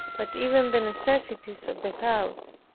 but even the necessities of the house.